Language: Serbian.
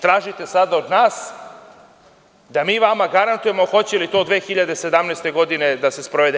Tražite sada od nas da mi vama garantujemo hoće li to 2017. godine da se sprovede.